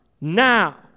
now